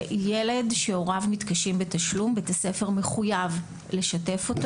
שילד שהוריו מתקשים בתשלום בית הספר מחויב לשתף אותו